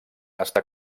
està